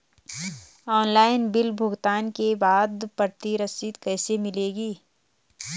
Online bill भुगतान के बाद प्रति रसीद कैसे मिलेगी?